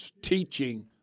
teaching